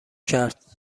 کرد